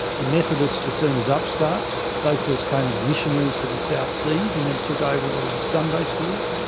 the methodists were seen as upstarts. they first came as missionaries to the south seas and then took over a lot of the sunday schools.